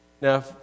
Now